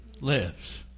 lives